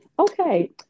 Okay